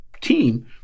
team